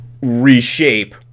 reshape